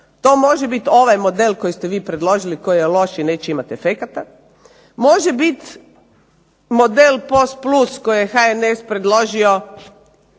To može biti ovaj model koji ste vi predložili, koji je loš i neće imati efekata. Može biti model POS plus koji je HNS predložio